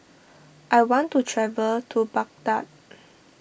I want to travel to Baghdad